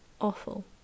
awful